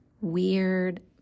weird